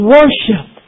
worship